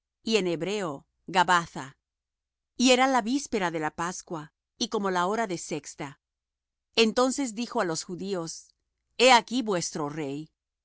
y en hebreo gabbatha y era la víspera de la pascua y como la hora de sexta entonces dijo á los judíos he aquí vuestro rey